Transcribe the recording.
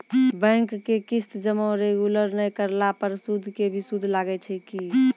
Bank के किस्त जमा रेगुलर नै करला पर सुद के भी सुद लागै छै कि?